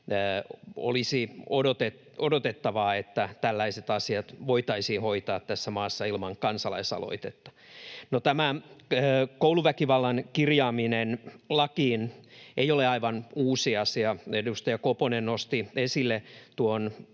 Olisi odotettavaa, että tällaiset asiat voitaisiin hoitaa tässä maassa ilman kansalaisaloitetta. No tämä kouluväkivallan kirjaaminen lakiin ei ole aivan uusi asia. Edustaja Koponen nosti esille oman